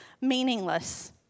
meaningless